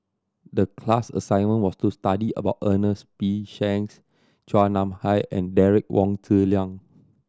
the class assignment was to study about Ernest P Shanks Chua Nam Hai and Derek Wong Zi Liang